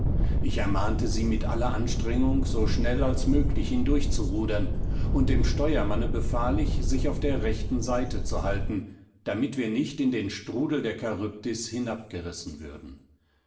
ich ermahnte sie mit aller anstrengung so schnell als möglich hindurchzurudern und dem steuermanne befahl ich sich auf der rechten seite zu halten damit wir nicht in den strudel der charybdis hinabgerissen würden